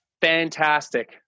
fantastic